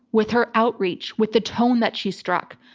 with her outreach, with the tone that she struck.